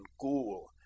cool